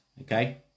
okay